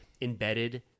embedded